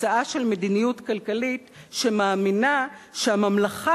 תוצאה של מדיניות כלכלית שמאמינה שהממלכה